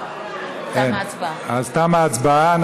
אין, אז תמה ההצבעה.